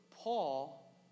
Paul